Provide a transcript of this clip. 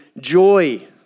joy